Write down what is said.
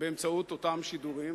באמצעות אותם שידורים.